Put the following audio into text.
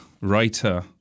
writer